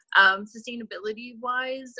Sustainability-wise